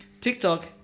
TikTok